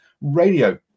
Radio